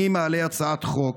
אני מעלה הצעת חוק